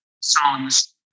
songs